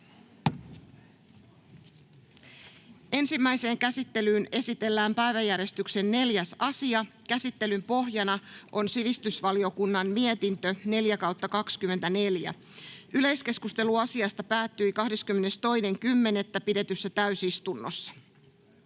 Ensimmäiseen käsittelyyn esitellään päiväjärjestyksen 4. asia. Käsittelyn pohjana on sivistysvaliokunnan mietintö SiVM 4/2024 vp. Yleiskeskustelu asiasta päättyi 22.10.2024 pidetyssä täysistunnossa.